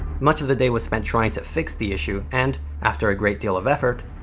much of the day was spent trying to fix the issue, and after a great deal of effort,